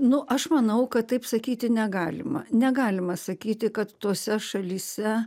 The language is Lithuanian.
nu aš manau kad taip sakyti negalima negalima sakyti kad tose šalyse